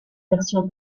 version